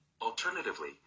Alternatively